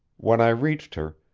when i reached her,